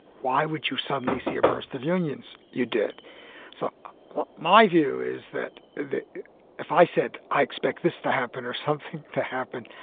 why would you suddenly see a burst of unions? you did so my view is that that if i said i expect this to happen or something to happen,